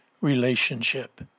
relationship